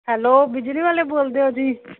hello ਬਿਜਲੀ ਵਾਲੇ ਬੋਲਦੇ ਓ ਜੀ